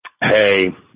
Hey